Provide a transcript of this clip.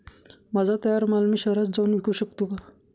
माझा तयार माल मी शहरात जाऊन विकू शकतो का?